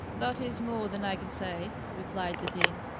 that is more than i can say, replied the dean.